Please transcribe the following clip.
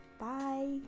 Bye